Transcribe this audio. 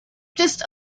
just